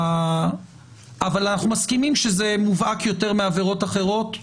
אבל אנחנו מסכימים שזה מובהק יותר מעבירות אחריות,